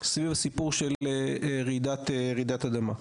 סביב הסיפור של רעידת אדמה.